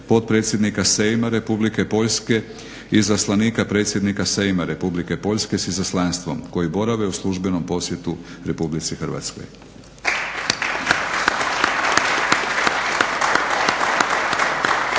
potpredsjednika Sejma Republike Poljske i izaslanika predsjednika Sejma Republike Poljske s izaslanstvom koji borave u službenom posjetu Republici Hrvatskoj.